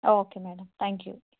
okay madam thank you